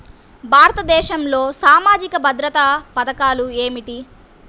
భారతదేశంలో సామాజిక భద్రతా పథకాలు ఏమిటీ?